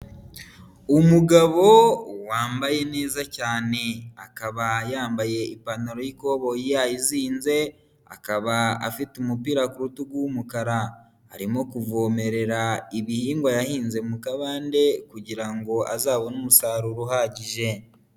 Umugabo wambaye neza cyane, akaba yambaye ipantaro y'ikoboyi yayizinze akaba afite umupira ku rutugu w'umukara arimo kuvomerera ibihingwa yahinze mu kabande kugira ngo azabone umusaruro uhagije.